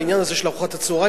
והעניין הזה של ארוחת הצהריים,